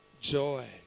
joy